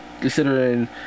considering